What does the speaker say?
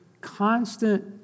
constant